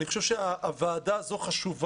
אני חושב שהוועדה הזו חשובה,